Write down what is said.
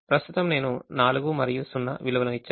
ప్రస్తుతం నేను 4 మరియు 0 విలువలను ఇచ్చాను